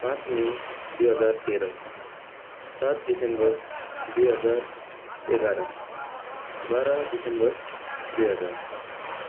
पाँच मई दुई हजार तेह्र सात दिसम्बर दुई हजार एघार बाह्र दिसम्बर दुई हजार